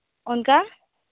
ᱚᱱᱠᱟ